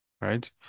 right